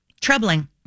Troubling